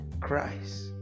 Christ